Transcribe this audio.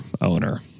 owner